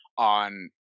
on